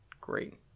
great